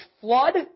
flood